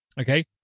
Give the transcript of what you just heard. Okay